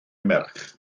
merch